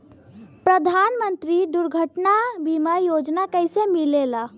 प्रधानमंत्री दुर्घटना बीमा योजना कैसे मिलेला?